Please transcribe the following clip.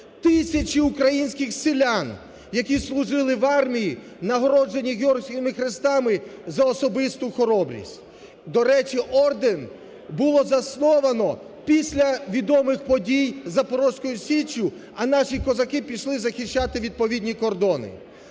Тисячі українських селян, які служили в армії, нагороджені Георгіївськими хрестами за особисту хоробрість. До речі, орден було засновано після відомий подій Запорізькою Січчю, а наші козаки пішли захищати відповідні кордони.